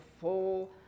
full